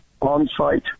on-site